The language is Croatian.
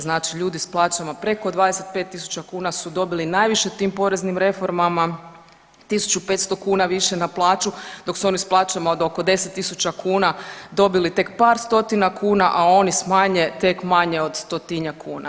Znači ljudi s plaćama preko 25 tisuća kuna su dobili najviše tim poreznim reformama, 1500 kuna više na plaću, dok su oni s plaćama oko 10 tisuća kuna dobili tek par stotina kuna, a oni s manje tek manje od stotinjak kuna.